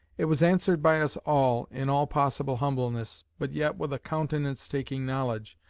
it was answered by us all, in all possible humbleness, but yet with a countenance taking knowledge,